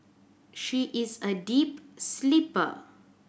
she is a deep sleeper